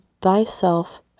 thyself